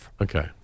Okay